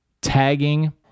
tagging